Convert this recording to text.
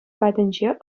патӗнче